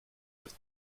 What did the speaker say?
with